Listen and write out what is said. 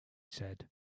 said